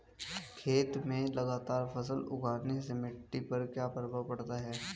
खेत में लगातार फसल उगाने से मिट्टी पर क्या प्रभाव पड़ता है?